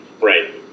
Right